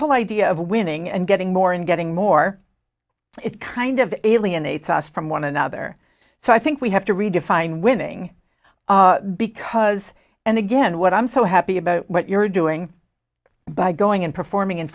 whole idea of winning and getting more and getting more it kind of alienates us from one another so i think we have to redefine winning because and again what i'm so happy about what you're doing by going and performing in